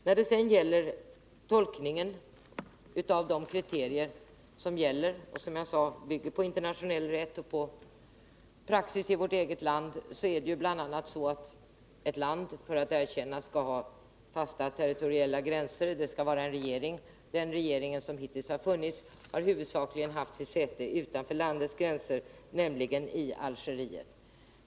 Vad beträffar tolkningen av de kriterier som gäller och som jag sade bygger på internationell rätt och på praxis i vårt eget land är det bl.a. så, att ett land för att erkännas skall ha fasta territoriella gränser och ha en regering. Den regering som hittills har funnits har huvudsakligen haft sitt säte utanför landets gränser, nämligen i Algeriet.